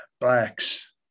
blacks